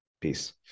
peace